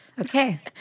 Okay